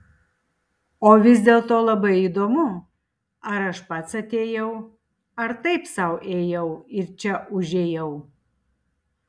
o vis dėlto labai įdomu ar aš pats atėjau ar taip sau ėjau ir čia užėjau